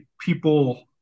people